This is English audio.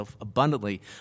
abundantly